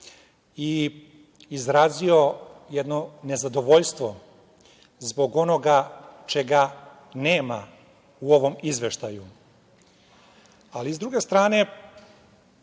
i izrazio jedno nezadovoljstvo zbog onoga čega nema u ovom izveštaju, ali sa druge strane